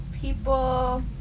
people